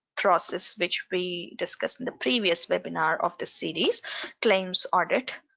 process, which we discussed in the previous webinar of the series claims audit